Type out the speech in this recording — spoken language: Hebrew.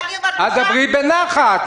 דברי בנחת.